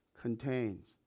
contains